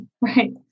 right